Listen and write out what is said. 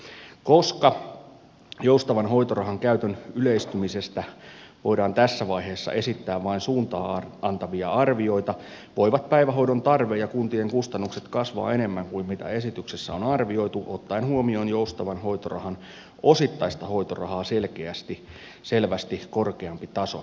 koska joustavan hoitorahan käytön yleistymisestä voidaan tässä vaiheessa esittää vain suuntaa antavia arvioita voivat päivähoidon tarve ja kuntien kustannukset kasvaa enemmän kuin mitä esityksessä on arvioitu ottaen huomioon joustavan hoitorahan osittaista hoitorahaa selvästi korkeampi taso